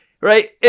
right